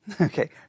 okay